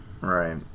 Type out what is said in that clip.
Right